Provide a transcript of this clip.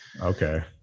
Okay